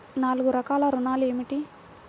నాలుగు రకాల ఋణాలు ఏమిటీ?